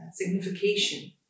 signification